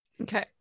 okay